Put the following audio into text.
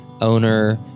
owner